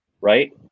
right